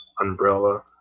umbrella